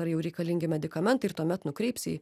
ar jau reikalingi medikamentai ir tuomet nukreips į